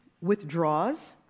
withdraws